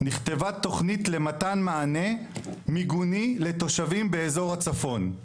נכתבה תוכנית למתן מענה מיגוני לתושבים באזור הצפון,